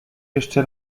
jeszcze